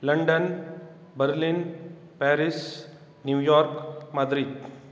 London Berlin Paris New York Madrid